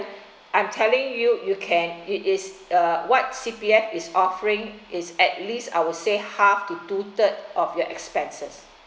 I'm telling you you can it is uh what C_P_F is offering is at least I would say half to two third of your expenses